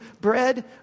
bread